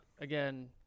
again